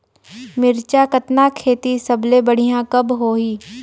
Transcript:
मिरचा कतना खेती सबले बढ़िया कब होही?